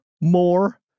more